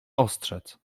ostrzec